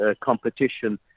competition